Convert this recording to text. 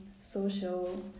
social